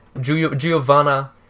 Giovanna